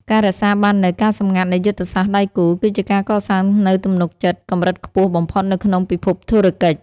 ការរក្សាបាននូវ "ការសម្ងាត់នៃយុទ្ធសាស្ត្រដៃគូ" គឺជាការកសាងនូវទំនុកចិត្តកម្រិតខ្ពស់បំផុតនៅក្នុងពិភពធុរកិច្ច។